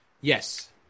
Yes